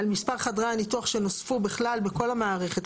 על מספר חדרי הניתוח שנוספו בכלל בכל המערכת,